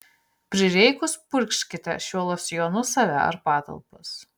prireikus purkškite šiuo losjonu save ar patalpas